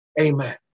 Amen